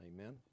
Amen